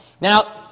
Now